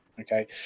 okay